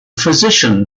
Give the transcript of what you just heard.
physician